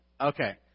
Okay